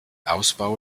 ausbau